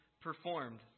performed